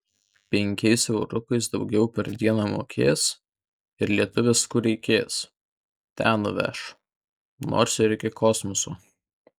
penkiais euriukais daugiau per dieną mokės ir lietuvis kur reikės ten nuveš nors ir iki kosmoso